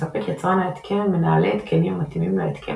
מספק יצרן ההתקן מנהלי התקנים המתאימים להתקן